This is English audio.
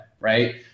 right